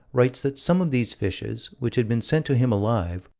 writes that some of these fishes, which had been sent to him alive,